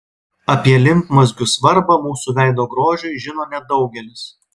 apie limfmazgių svarbą mūsų veido grožiui žino nedaugelis